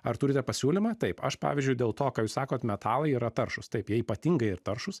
ar turite pasiūlymą taip aš pavyzdžiui dėl to ką jūs sakot metalai yra taršūs taip jie ypatingai ir taršūs